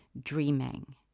dreaming